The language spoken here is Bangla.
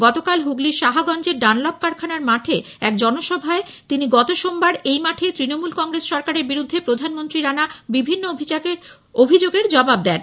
গতকাল হুগলীর সাহাগঞ্জের ডানলপ কারখানার মাঠে এক জনসভায় তিনি গত সোমবার এই মাঠেই তৃণমূল কংগ্রেস সরকারের বিরুদ্ধে প্রধানমন্ত্রীর আনা বিভিন্ন অভিযোগের জবাব দেন